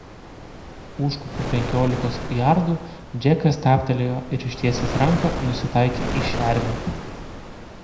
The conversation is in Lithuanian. už kokių penkiolikos jardų džekas stabtelėjo ir ištiesęs ranką nusitaikė į šernę